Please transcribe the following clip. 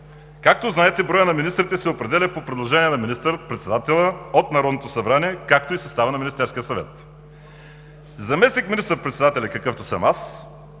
Както знаете, броят на министрите се определя по предложение на министър-председателя, от Народното събрание, както и състава на Министерския съвет. Заместник министър-председателят, какъвто съм аз,